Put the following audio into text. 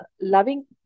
loving